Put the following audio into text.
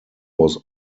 was